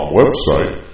website